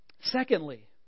Secondly